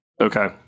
Okay